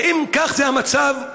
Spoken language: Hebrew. האם כך המצב?